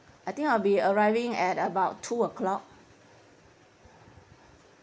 I think I'll be arriving at about two o'clock